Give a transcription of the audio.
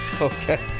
Okay